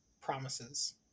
promises